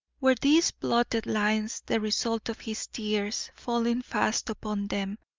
were these blotted lines the result of his tears falling fast upon them,